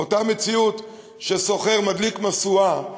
באותה מציאות שסוחר מדליק משואה,